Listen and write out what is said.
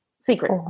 secret